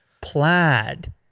Plaid